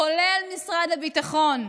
כולל משרד הביטחון.